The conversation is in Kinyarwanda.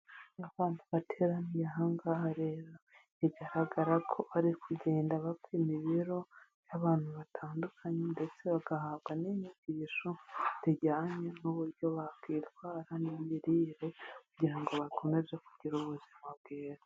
Abantu bateraniye aha ngaha rero, bigaragara ko bari kugenda bapima ibiro by'abantu batandukanye ndetse bagahabwa n'inyigisho zijyanye n'uburyo bakwitwara, n'imirire ,kugira ngo bakomeze kugira ubuzima bwiza.